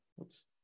Oops